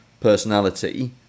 personality